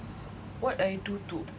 what I do to